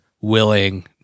willing